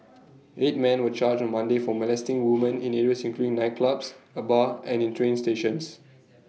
eight man were charged on Monday for molesting woman in areas including nightclubs A bar and in train stations